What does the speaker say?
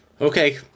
Okay